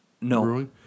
No